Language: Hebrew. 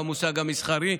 במושג המסחרי.